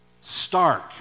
stark